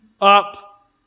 up